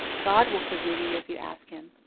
god will forgive you if you ask him.